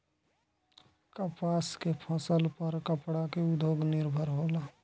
कपास के फसल पर कपड़ा के उद्योग निर्भर होला